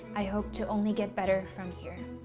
i hope to only get better from here.